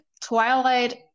Twilight